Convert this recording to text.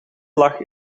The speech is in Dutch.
lag